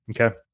Okay